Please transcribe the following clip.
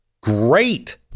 Great